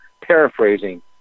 paraphrasing